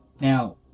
Now